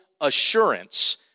assurance